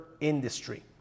industry